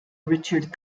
richard